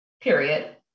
period